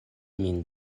min